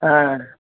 हाँ